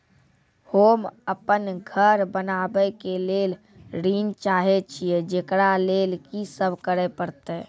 होम अपन घर बनाबै के लेल ऋण चाहे छिये, जेकरा लेल कि सब करें परतै?